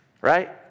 right